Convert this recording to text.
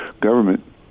government